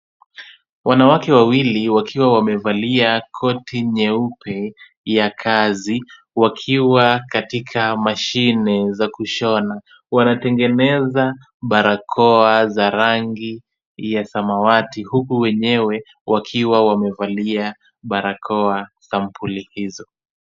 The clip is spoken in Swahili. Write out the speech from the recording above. Wanawake wawili wakiwa wamevalia koti nyeupe ya kazi, wakiwa katika mashine za kushona. Wanatengeneza barakoa za rangi ya samawati, huku wenyewe wakiwa wamevalia barakoa sampuli hizo.